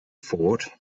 fort